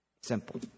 Simple